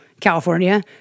California